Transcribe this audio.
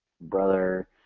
brother